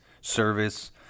service